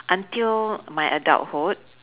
until my adulthood